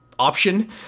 option